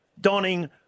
donning